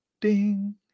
Ding